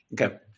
Okay